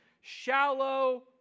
shallow